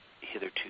hitherto